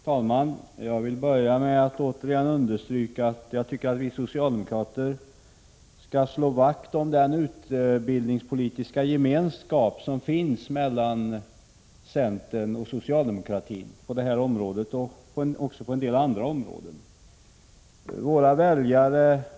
Herr talman! Jag vill börja med att än en gång understryka att jag tycker att vi socialdemokrater skall slå vakt om den gemenskap som finns mellan centern och socialdemokratin på det utbildningspolitiska området och även på en del andra områden.